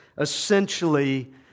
essentially